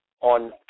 on